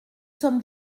sommes